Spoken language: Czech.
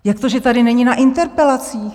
Jak to, že tady není na interpelacích?